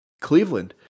Cleveland